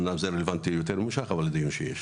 זה אומנם רלוונטי יותר לנושא של דיון ההמשך